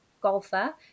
golfer